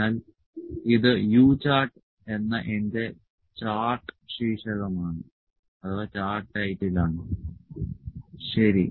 അതിനാൽ ഇത് U chart എന്ന എന്റെ ചാർട്ട് ശീർഷകമാണ് ശരി